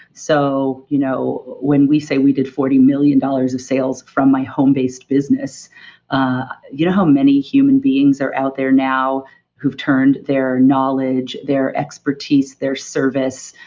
so, you know when we say we did forty million dollars of sales from my home based business ah you know how many human beings are out there now who've turned their knowledge, their expertise, their service,